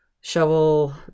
shovel